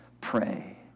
pray